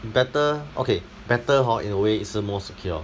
better okay better hor in a way 是 more secure